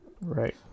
Right